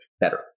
better